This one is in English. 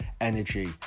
energy